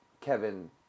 Kevin